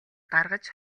гаргаж